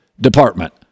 department